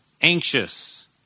anxious